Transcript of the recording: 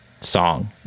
song